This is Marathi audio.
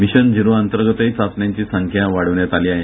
मिशन झिरो अंतर्गतही चाचण्यांची संख्याही वाढविण्यात आली आहे